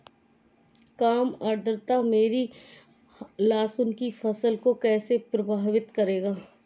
कम आर्द्रता मेरी लहसुन की फसल को कैसे प्रभावित करेगा?